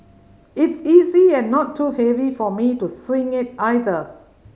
it's easy and not too heavy for me to swing it either